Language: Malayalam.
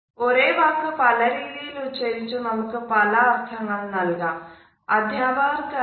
ഒരേ വാക്ക് പല രീതിയിൽ ഉച്ചരിച്ചു നമുക്ക് പല അർഥങ്ങൾ നൽകാം